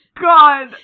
God